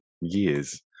years